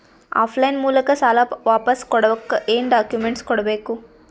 Of line ಮೂಲಕ ಸಾಲ ವಾಪಸ್ ಕೊಡಕ್ ಏನು ಡಾಕ್ಯೂಮೆಂಟ್ಸ್ ಕೊಡಬೇಕು?